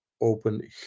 open